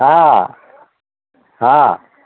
ହଁ ହଁ